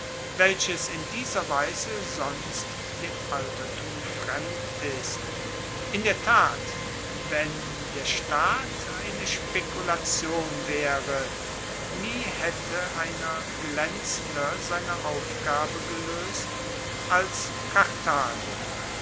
welches in dieser weise sonst dem altertum fremd ist in der tat wenn der staat eine spekulation waere nie haette einer glaenzender seine aufgabe geloest als karthago